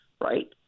right